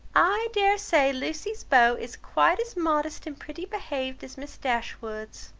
i dare say lucy's beau is quite as modest and pretty behaved as miss dashwood's.